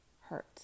hurt